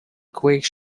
quick